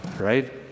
right